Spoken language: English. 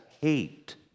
hate